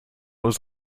was